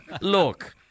Look